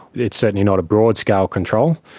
it's certainly not a broadscale control.